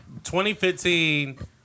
2015